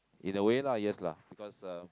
in a way lah yes lah because uh